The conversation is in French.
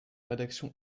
rédaction